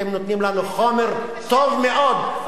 אתם נותנים לנו חומר טוב מאוד,